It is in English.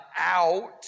out